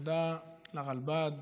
תודה לרלב"ד